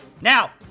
Now